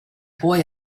boy